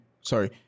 Sorry